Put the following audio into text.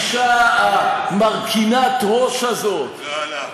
הגישה מרכינת ראש הזאת, לא, לא.